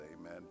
Amen